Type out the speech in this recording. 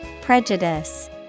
Prejudice